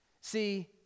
See